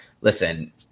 Listen